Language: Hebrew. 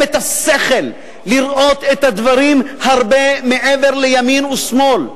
השכל לראות את הדברים הרבה מעבר ל"ימין" ו"שמאל",